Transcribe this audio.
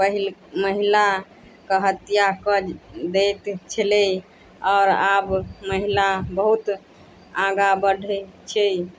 पहिले महिलाके हत्या कऽ दैत छलै आओर आब महिला बहुत आगाँ बढ़ै छै